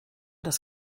das